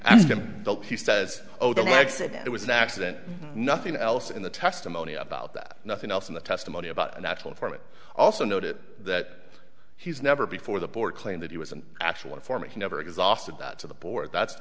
and he says oh the accident was an accident nothing else in the testimony about that nothing else in the testimony about a natural informant also know that he's never before the board claimed that he was an actual information never exhausted that to the board that's